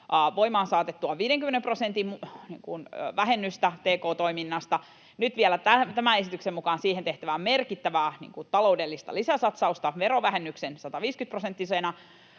voimaan saatettua 50 prosentin vähennystä tk-toiminnasta, nyt vielä tämän esityksen mukaan siihen tehtävää merkittävää taloudellista lisäsatsausta verovähennyksen 150-prosenttisena